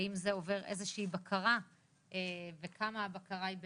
האם זה עובר איזו שהיא בקרה וכמה הבקרה היא באמת.